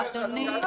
בכלל לא.